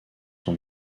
son